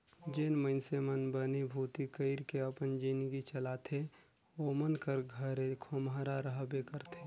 जेन मइनसे मन बनी भूती कइर के अपन जिनगी चलाथे ओमन कर घरे खोम्हरा रहबे करथे